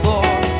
Lord